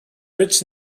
rich